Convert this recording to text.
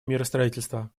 миростроительства